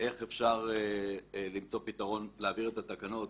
איך אפשר להעביר את התקנות